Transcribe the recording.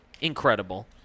incredible